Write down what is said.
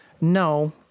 no